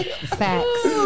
Facts